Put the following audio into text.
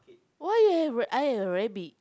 why you have r~ I have rabbit